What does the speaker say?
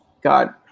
God